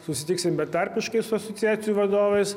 susitiksim betarpiškai su asociacijų vadovais